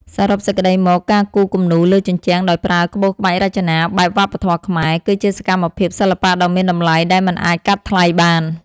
សរុបសេចក្ដីមក ការគូរគំនូរលើជញ្ជាំងដោយប្រើក្បូរក្បាច់រចនាបែបវប្បធម៌ខ្មែរ គឺជាសកម្មភាពសិល្បៈដ៏មានតម្លៃដែលមិនអាចកាត់ថ្លៃបាន។